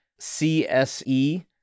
CSE